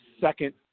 second